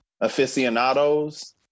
aficionados